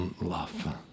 love